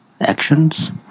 actions